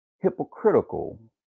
hypocritical